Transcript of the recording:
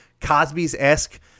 Cosby's-esque